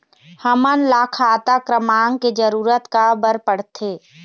हमन ला खाता क्रमांक के जरूरत का बर पड़थे?